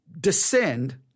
descend